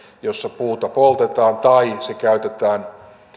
jossa puuta poltetaan tai se käytetään